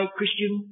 Christian